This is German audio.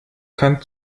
kann